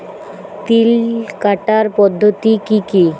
তিল কাটার পদ্ধতি কি কি?